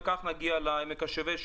וכך נגיע לעמק השווה,